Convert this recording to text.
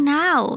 now